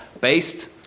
based